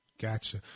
Gotcha